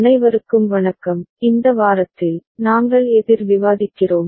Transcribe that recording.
அனைவருக்கும் வணக்கம் இந்த வாரத்தில் நாங்கள் எதிர் விவாதிக்கிறோம்